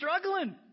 struggling